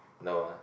no ah